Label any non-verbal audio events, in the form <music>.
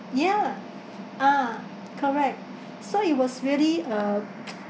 yeah ah correct so it was really uh <noise>